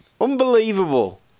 Unbelievable